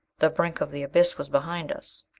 the brink of the abyss was behind us.